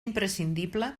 imprescindible